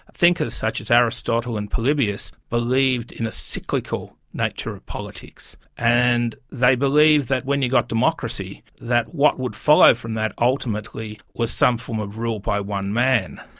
thinkers such as aristotle and polybius believed in the cyclical nature of politics, and they believed that when you got democracy, that what would follow from that ultimately was some form of rule by one man,